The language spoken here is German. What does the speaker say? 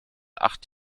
acht